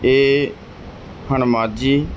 ਇਹ ਹਨ ਮਾਝੀ